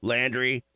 Landry